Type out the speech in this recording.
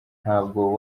ntabwo